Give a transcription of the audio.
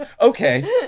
Okay